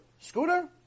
scooter